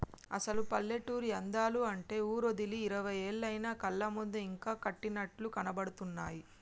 అసలు పల్లెటూరి అందాలు అంటే ఊరోదిలి ఇరవై ఏళ్లయినా కళ్ళ ముందు ఇంకా కట్టినట్లు కనబడుతున్నాయి